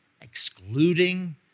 excluding